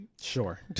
Sure